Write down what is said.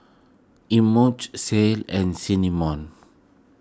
Imogene Ceil and Cinnamon